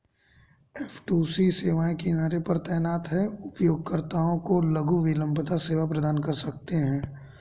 F two C सेवाएं किनारे पर तैनात हैं, उपयोगकर्ताओं को लघु विलंबता सेवा प्रदान कर सकते हैं